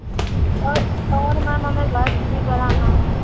और और मैम हमें वैक्स भी कराना है